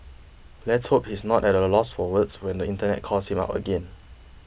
let's hope he's not at a loss for words when the Internet calls him out again